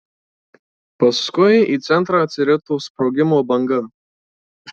paskui į centrą atsirito sprogimo banga